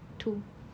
two